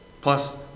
Plus